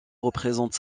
représente